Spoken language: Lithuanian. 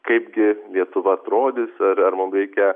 kaipgi lietuva atrodys ar ar mum reikia